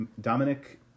Dominic